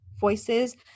voices